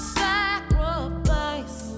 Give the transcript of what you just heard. sacrifice